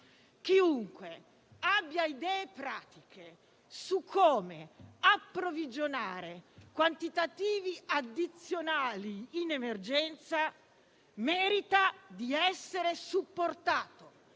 Chiunque abbia idee pratiche su come approvvigionare quantitativi addizionali in emergenza merita di essere supportato,